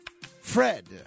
Fred